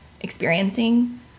experiencing